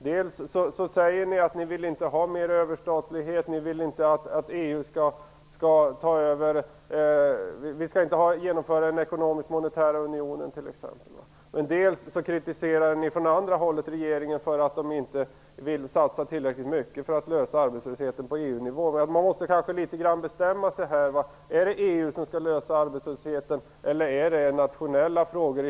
Dels säger ni att ni inte vill ha mer överstatlighet, ni vill inte att EU skall ta över, vi skall t.ex. inte genomföra den ekonomisk-monetära unionen, dels kritiserar ni från andra hållet regeringen för att den inte vill satsa tillräckligt mycket för att lösa problemen med arbetslösheten på EU-nivå. Man måste kanske litet grand bestämma sig, är det EU som skall lösa problemen med arbetslösheten eller är det i huvudsak nationella frågor?